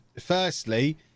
Firstly